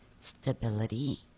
stability